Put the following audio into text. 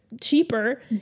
cheaper